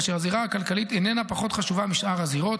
כאשר הזירה הכלכלית איננה פחות חשובה משאר הזירות.